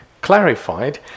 clarified